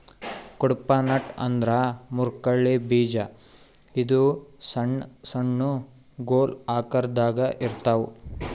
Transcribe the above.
Cuddapah nut ಅಂದ್ರ ಮುರ್ಕಳ್ಳಿ ಬೀಜ ಇದು ಸಣ್ಣ್ ಸಣ್ಣು ಗೊಲ್ ಆಕರದಾಗ್ ಇರ್ತವ್